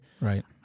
Right